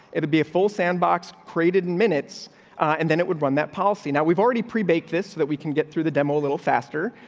it would be a full sandbox created in minutes on. and then it would run that policy. now, we've already pre baked this, that we can get through the demo a little faster,